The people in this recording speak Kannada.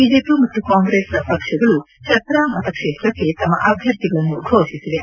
ಬಿಜೆಪಿ ಮತ್ತು ಕಾಂಗ್ರೆಸ್ ಪಕ್ಷಗಳು ಛತ್ತು ಮತಕ್ಷೇತ್ರಕ್ಕೆ ತಮ್ಮ ಅಭ್ಯರ್ಥಿಗಳನ್ನು ಘೋಷಿಸಿವೆ